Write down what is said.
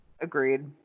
Agreed